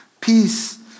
peace